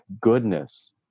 goodness